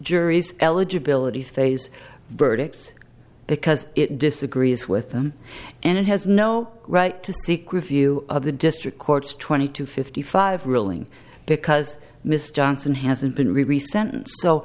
jury's eligibility phase verdicts because it disagrees with them and it has no right to seek review of the district courts twenty two fifty five ruling because mr johnson hasn't been